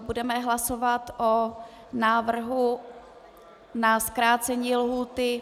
Budeme hlasovat o návrhu na zkrácení lhůty.